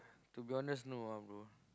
to be honest no ah bro